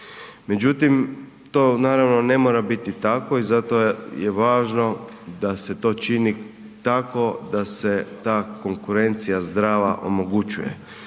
Međutim, to naravno ne mora biti tako i zato je važno da se to čini tako da se ta konkurencija zdrava omogućuje.